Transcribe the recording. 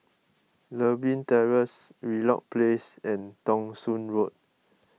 Lewin Terrace Wheelock Place and Thong Soon Road